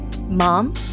Mom